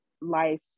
life